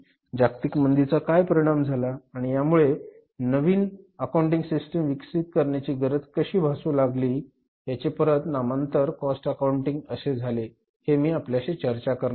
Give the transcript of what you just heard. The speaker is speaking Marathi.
जागतिक मंदीचा काय परिणाम झाला आणि यामुळे नवीन अकाउंटिंग सिस्टीम विकसित करण्याची गरज कशी भासू लागली याचे परत नामांतर कॉस्ट अकाउंटिंग असे झाले हे मी आपल्याशी चर्च करणार आहे